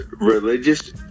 religious